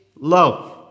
love